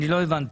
לא הבנתי.